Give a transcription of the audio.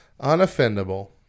Unoffendable